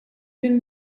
bin